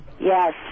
Yes